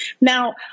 Now